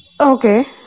Okay